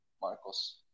Marcos